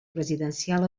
presidencial